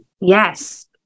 Yes